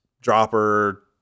dropper